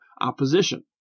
opposition